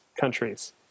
countries